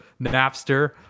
Napster